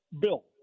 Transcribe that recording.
bill